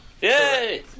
Yay